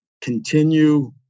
continue